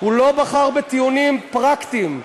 הוא לא בחר בטיעונים פרקטיים,